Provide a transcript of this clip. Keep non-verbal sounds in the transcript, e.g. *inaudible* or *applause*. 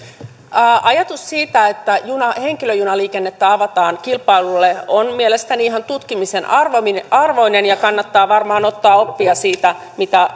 ajatus siitä että henkilöjunaliikennettä avataan kilpailulle on mielestäni ihan tutkimisen arvoinen arvoinen ja kannattaa varmaan ottaa oppia siitä mitä *unintelligible*